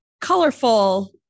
colorful